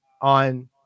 on